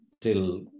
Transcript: till